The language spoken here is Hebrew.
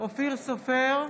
אופיר סופר,